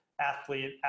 athlete